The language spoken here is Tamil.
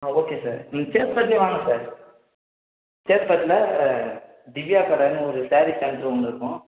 ஆ ஓகே சார் ம் சேத்ப்பட்டுலயே வாங்க சார் சேத்ப்பட்டில் திவ்யா கடைன்னு ஒரு சாரீ சென்டர் ஒன்றுருக்கும்